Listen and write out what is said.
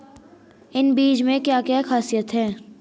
इन बीज में क्या क्या ख़ासियत है?